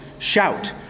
Shout